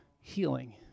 healing